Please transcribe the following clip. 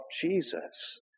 Jesus